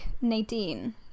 nadine